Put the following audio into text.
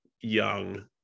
Young